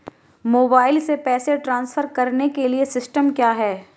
Mobile से पैसे transfer करने के लिए सिस्टम क्या है?